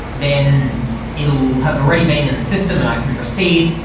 then it'll have already been in the system and i can proceed,